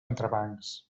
entrebancs